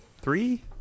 three